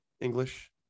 english